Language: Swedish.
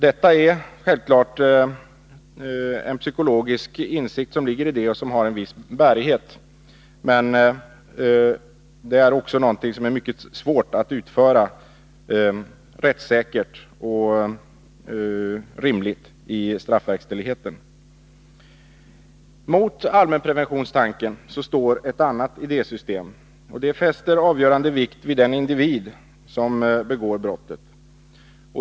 Detta är självfallet en psykologisk insikt, som har en viss bärighet, men det är också någonting som det är mycket svårt att rättssäkert och rimligt införa i straffverkställigheten. Mot allmänpreventionstanken står ett annat idésystem. Det fäster avgörande vikt vid den individ som begår brottet.